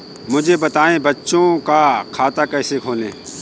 मुझे बताएँ बच्चों का खाता कैसे खोलें?